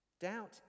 Doubt